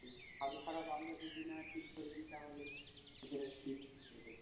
হুম ভালো খারাপ আমরা যদি না ঠিক করে দিই তাহলে ওদের আর কী